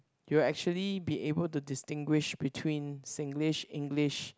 you'll actually be able to distinguish between Singlish English